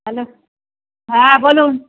hello হ্যাঁ বলুন